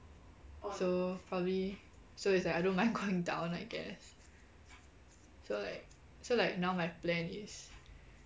so probably so it's like I don't mind going down I guess so like so like now my plan is